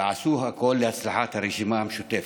ועשו הכול להצלחת הרשימה המשותפת.